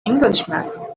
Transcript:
englishman